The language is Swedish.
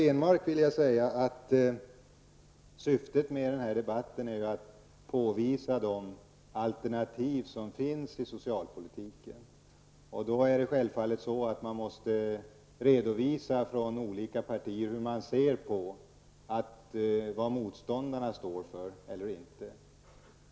Syftet med denna debatt är att påvisa de alternativ som finns inom socialpolitiken, Per Stenmarck. De olika partierna måste självfallet redovisa hur man ser på det motståndarna står eller inte står för.